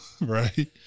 Right